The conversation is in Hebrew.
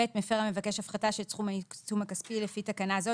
מפר המבקש הפחתה של סכום העיצום הכספי לפי תקנה זו,